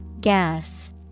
Gas